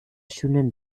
schönen